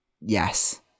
Yes